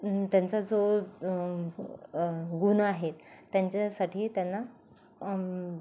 त्यांचा जो गुण आहेत त्यांच्यासाठी त्यांना